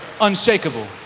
unshakable